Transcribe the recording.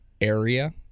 area